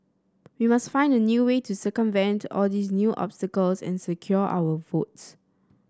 we must find a new way to circumvent all these new obstacles and secure our votes